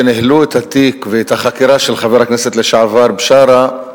שניהלו את התיק ואת החקירה של חבר הכנסת לשעבר בשארה,